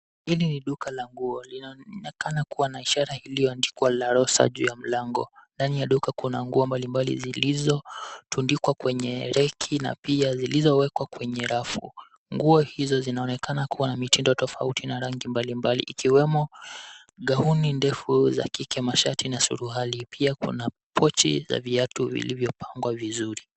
Hli ni duka la nguo linaonekana kua na ishara iliyoandikwa La Rosa juu ya mlango. Ndani ya duka kuna nguo mbalimbali zilizotundikwa kwenye reki na pia zilizowekwa kwenye rafu. Nguo hizo zinaonekana kua na mitindo tofauti na rangi mbalimbali, ikiwemo gauni ndefu za kike, mashati, na suruali. Pia kuna pochi za viatu viliyopangwa vizuri.